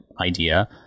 idea